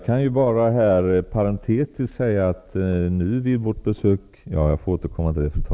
Jag återkommer i mitt nästa inlägg till detta.